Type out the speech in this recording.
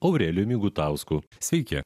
aurelijumi gutausku sveiki